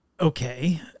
Okay